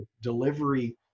delivery